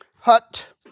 hut